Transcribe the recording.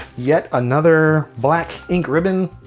yet another black ink ribbon.